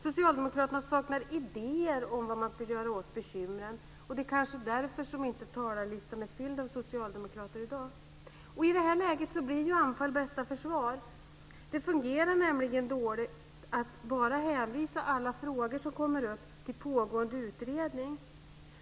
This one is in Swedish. Socialdemokraterna saknar idéer om vad man ska göra åt bekymren. Det kanske är därför som inte talarlistan är fylld av socialdemokrater i dag. I det läget blir anfall bästa försvar. Det fungerar nämligen dåligt att bara hänvisa alla frågor som kommer upp till pågående utredning.